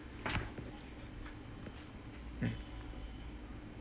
mm